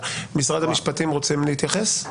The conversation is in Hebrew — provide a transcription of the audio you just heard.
משרד המשפטים, רוצים להתייחס?